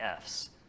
Fs